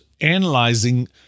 analyzing